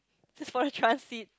just for a transit